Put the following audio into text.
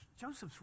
Joseph's